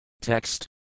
Text